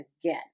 again